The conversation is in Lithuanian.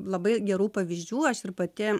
labai gerų pavyzdžių aš ir pati